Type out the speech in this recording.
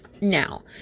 Now